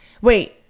Wait